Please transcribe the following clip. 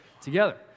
together